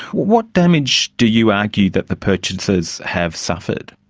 what damage do you argue that the purchasers have suffered?